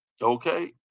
Okay